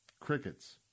Crickets